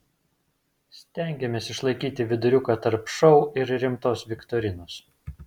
stengėmės išlaikyti viduriuką tarp šou ir rimtos viktorinos